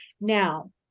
Now